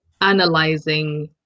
analyzing